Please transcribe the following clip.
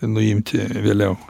nuimti vėliau